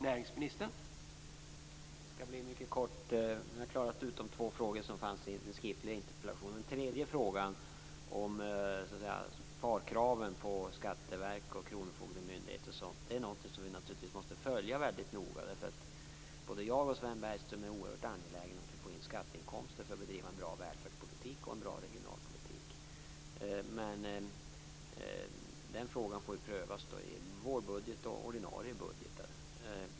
Herr talman! Vi har klarat ut de två frågor som fanns i den skriftliga interpellationen. Den tredje frågan om sparkraven på skatteverk och kronofogdemyndigheter måste vi naturligtvis följa mycket noga. Både jag och Sven Bergström är oerhört angelägna om att vi får in skatteinkomster för att bedriva en bra välfärdspolitik och en bra regionalpolitik. Men den frågan får prövas i vårbudgeten och i den ordinarie budgeten.